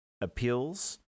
appeals